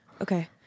Okay